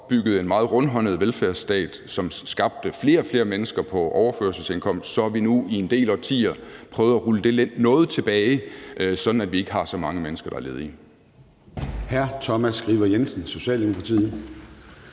opbyggede en meget rundhåndet velfærdsstat, som sendte flere og flere mennesker på overførselsindkomst, har vi nu i en del årtier prøvet at rulle det noget tilbage, sådan at vi ikke har så mange mennesker, der er ledige.